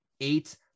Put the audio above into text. eight